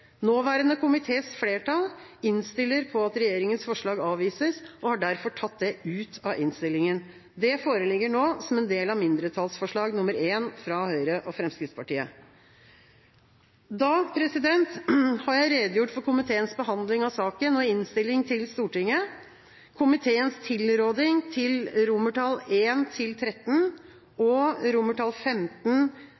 Nåværende komités flertall innstiller på at regjeringas forlag avvises, og har derfor tatt det ut av innstillinga. Det foreligger nå som en del av mindretallsforslag nr. 1 fra Høyre og Fremskrittspartiet. Da har jeg redegjort for komiteens behandling av saken og innstilling til Stortinget. Komiteens tilråding til romertall I–XIII, XV–XIX, XXI og XXII fremmes av en